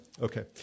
Okay